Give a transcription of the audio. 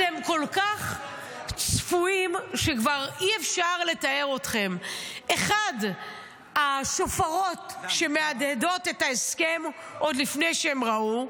אתם כל כך צפויים שאי-אפשר לתאר אתכם: 1. השופרות שמהדהדים את ההסכם עוד לפני שהם ראו,